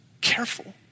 Careful